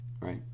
right